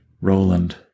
Roland